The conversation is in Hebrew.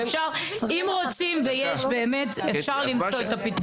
אם רוצים ויש באמת אפשר למצוא את הפתרון.